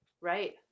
right